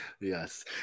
Yes